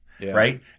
Right